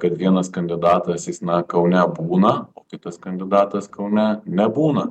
kad vienas kandidatas jis na kaune būna o kitas kandidatas kaune nebūna